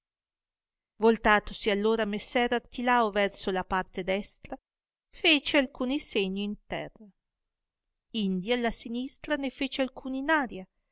voltatosi allora messer artilao verso la parte destra fece alcuni segni in terra indi alla sinistra ne fece alcuni in aria